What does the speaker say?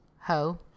Ho